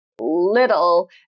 little